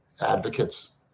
advocates